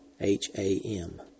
H-A-M